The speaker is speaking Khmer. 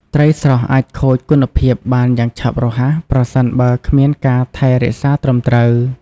ត្រីស្រស់អាចខូចគុណភាពបានយ៉ាងឆាប់រហ័សប្រសិនបើគ្មានការថែរក្សាត្រឹមត្រូវ។